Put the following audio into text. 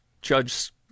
Judge